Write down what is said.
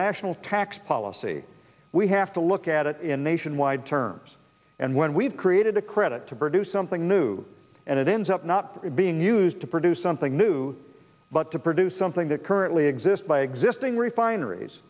national tax policy we have to look at it in nationwide terms and when we've created a credit to produce something new and it ends up not being used to produce something new but to produce something that currently exist by existing refineries